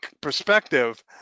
perspective